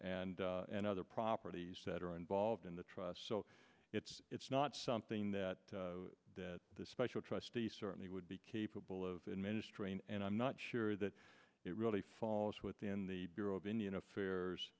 and and other properties that are involved in the trust so it's it's not something that the special trustee certainly would be capable of in ministering and i'm not sure that it really falls within the bureau of indian affairs